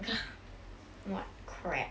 !huh! what crap